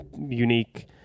unique